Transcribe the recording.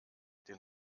den